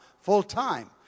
full-time